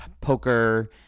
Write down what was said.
Poker